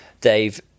Dave